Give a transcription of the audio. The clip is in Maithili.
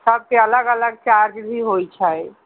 सभके अलग अलग चार्ज भी होइत छै